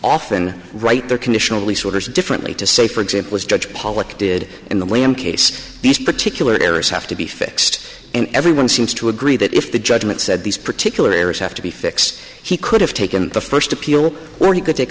often write their conditionally sorters differently to say for example as judge pollock did in the lame case these particular areas have to be fixed and everyone seems to agree that if the judgment said these particular areas have to be fixed he could have taken the first appeal or he could take